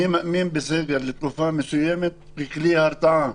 אני מאמין בסגר לתקופה מסוימת ככלי הרתעה,